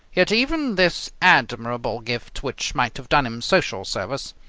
yet even this admirable gift, which might have done him social service,